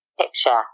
picture